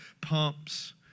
pumps